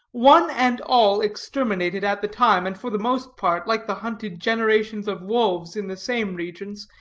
one and all exterminated at the time, and for the most part, like the hunted generations of wolves in the same regions,